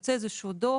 יוצא דוח.